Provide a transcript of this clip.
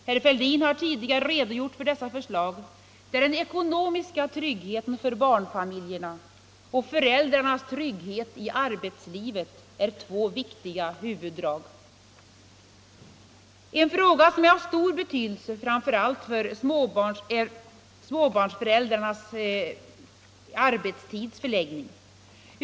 Herr Fälldin har tidigare redogjort för dessa förslag, där den ekonomiska tryggheten för barnfamiljerna och föräldrarnas trygghet i arbetslivet är två viktiga huvuddrag. Frågan är av stor betydelse framför allt för förläggningen av föräldrarnas arbetstid.